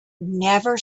never